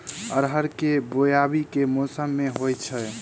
अरहर केँ बोवायी केँ मौसम मे होइ छैय?